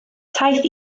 taith